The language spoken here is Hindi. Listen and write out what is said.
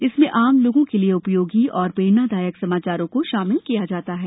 इसमें आम लोगों के लिए उपयोगी और प्रेरणादायक समाचारों को शाामिल किया जाता है